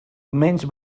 menys